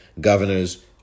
governor's